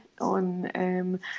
on